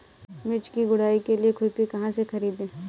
मिर्च की गुड़ाई के लिए खुरपी कहाँ से ख़रीदे?